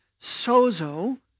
sozo